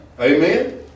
Amen